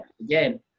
again